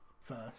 first